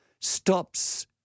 stops